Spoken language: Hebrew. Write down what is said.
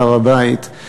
בהר-הבית,